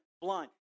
blind